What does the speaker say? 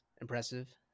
impressive